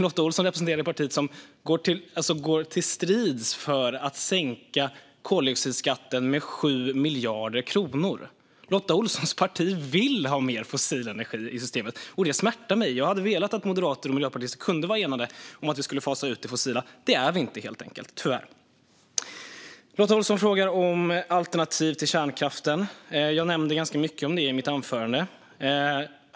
Lotta Olsson representerar det parti som tar strid för att sänka koldioxidskatten med 7 miljarder kronor. Lotta Olssons parti vill ha mer fossil energi i systemet, och det smärtar mig. Jag hade velat att moderater och miljöpartister kunde vara enade om att vi skulle fasa ut det fossila. Det är vi helt enkelt inte - tyvärr. Lotta Olsson frågar om alternativ till kärnkraften. Jag nämnde ganska mycket om det i mitt anförande.